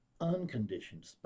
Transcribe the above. unconditioned